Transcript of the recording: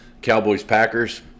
Cowboys-Packers